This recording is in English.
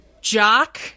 jock